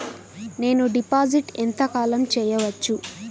నేను డిపాజిట్ ఎంత కాలం చెయ్యవచ్చు?